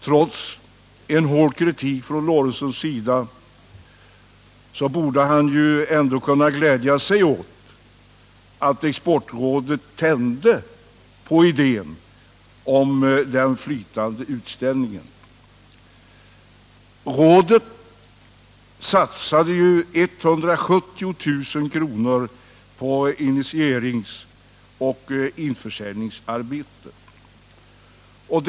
Trots en hård kritik från herr Lorentzons sida borde han ändå kunna glädja sig åt att Exportrådet tände på idén om den flytande utställningen. Rådet satsade 170 000 kr. på initieringsoch införsäljningsarbetet.